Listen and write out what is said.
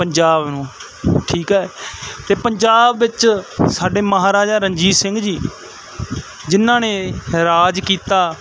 ਪੰਜਾਬ ਨੂੰ ਠੀਕ ਹੈ ਤੇ ਪੰਜਾਬ ਵਿੱਚ ਸਾਡੇ ਮਹਾਰਾਜਾ ਰਣਜੀਤ ਸਿੰਘ ਜੀ ਜਿਨ੍ਹਾਂ ਨੇ ਰਾਜ ਕੀਤਾ